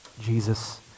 Jesus